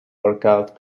workout